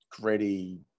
gritty